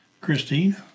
Christine